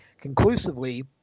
conclusively